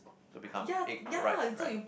become egg right right